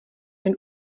jen